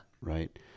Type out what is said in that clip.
right